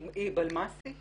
היא בלמ"ס?